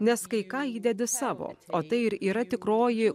nes kai ką įdedi savo o tai ir yra tikroji